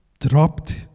dropped